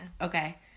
okay